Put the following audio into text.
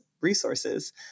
resources